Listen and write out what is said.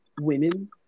women